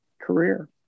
career